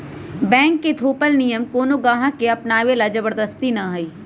bank के थोपल नियम कोनो गाहक के अपनावे ला जबरदस्ती न हई